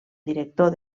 director